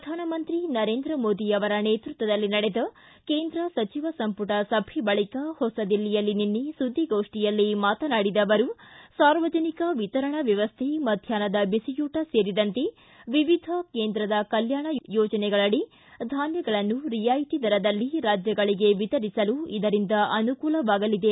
ಪ್ರಧಾನಮಂತ್ರಿ ನರೇಂದ್ರ ಮೋದಿ ಅವರ ನೇತೃತ್ವದಲ್ಲಿ ನಡೆದ ಕೇಂದ್ರ ಸಚಿವ ಸಂಪುಟ ಸಭೆ ಬಳಿಕ ಹೊಸದಿಲ್ಲಿಯಲ್ಲಿ ನಿನ್ನೆ ಸುದ್ದಿಗೋಷ್ಠಿಯಲ್ಲಿ ಮಾತನಾಡಿದ ಅವರು ಸಾರ್ವಜನಿಕ ವಿತರಣಾ ವ್ಯವಸ್ತೆ ಮಧ್ಯಾಹ್ನದ ಬಿಸಿಯೂಟ ಸೇರಿದಂತೆ ವಿವಿಧ ಕೇಂದ್ರದ ಕಲ್ಕಾಣ ಯೋಜನೆಗಳಡಿ ಧಾನ್ಯಗಳನ್ನು ರಿಯಾಯತಿ ದರದಲ್ಲಿ ರಾಜ್ಯಗಳಿಗೆ ವಿತರಿಸಲು ಇದರಿಂದ ಅನುಕೂಲವಾಗಲಿದೆ